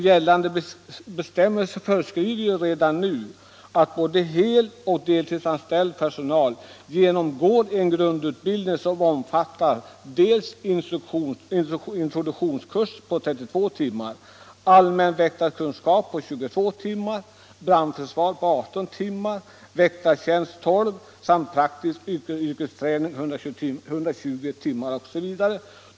Gällande bestämmelser föreskriver redan nu att både heloch deltidsanställda skall genomgå en grundutbildning, som omfattar en introduktionskurs på 32 timmar samt 22 timmar allmän väktarkunskap, 18 timmar brandförsvar, 12 timmar väktartjänst och 120 timmar praktisk yrkesträning.